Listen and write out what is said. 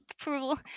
approval